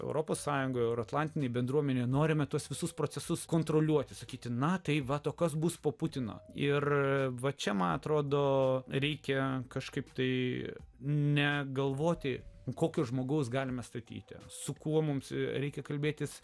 europos sąjungoje euroatlantinė bendruomenė norime tuos visus procesus kontroliuoti sakyti na tai va to kas bus po putino ir va čia man atrodo reikia kažkaip tai ne galvoti kokio žmogaus galima statyti su kuo mums reikia kalbėtis